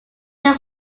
their